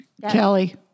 Kelly